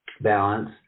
balance